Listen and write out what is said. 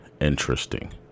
interesting